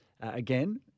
again